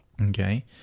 Okay